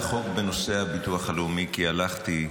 בנושא הביטוח הלאומי, כי הלכתי,